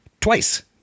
twice